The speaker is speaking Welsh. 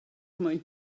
mwyn